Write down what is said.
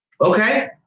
Okay